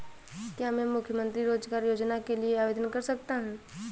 क्या मैं मुख्यमंत्री रोज़गार योजना के लिए आवेदन कर सकता हूँ?